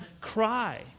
cry